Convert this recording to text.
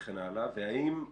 האם,